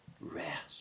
rest